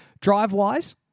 Drive-wise